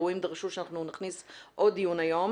האירועים דרשו שאנחנו נכניס עוד דיון היום,